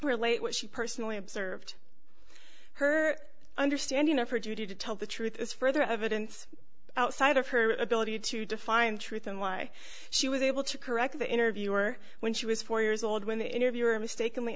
relate what she personally observed her understanding of her duty to tell the truth is further evidence outside of her ability to define truth and why she was able to correct the interviewer when she was four years old when the interviewer mistakenly